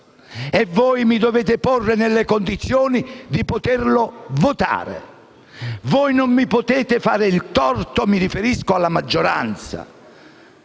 E voi mi dovete porre nelle condizioni di poterlo votare. Voi non mi potete fare il torto (mi riferisco alla maggioranza